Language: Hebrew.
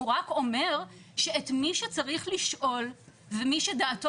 הוא רק אומר שאת מי שצריך לשאול ומי שדעתו